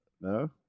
No